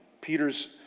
Peter's